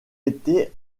été